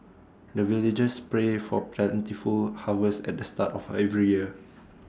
the villagers pray for plentiful harvest at the start of every year